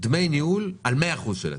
דמי ניהול על 100% של התיק.